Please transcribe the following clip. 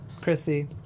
Chrissy